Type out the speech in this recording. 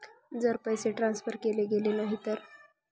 जर पैसे ट्रान्सफर केले गेले नाही तर?